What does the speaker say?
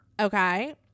Okay